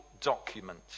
document